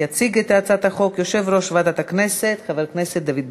יציג את הצעת החוק יושב-ראש ועדת הכנסת חבר הכנסת דוד ביטן.